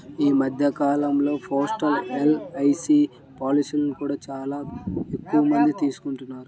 ఈ మధ్య కాలంలో పోస్టల్ ఎల్.ఐ.సీ పాలసీలను కూడా చాలా ఎక్కువమందే తీసుకుంటున్నారు